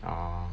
ah